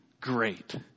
great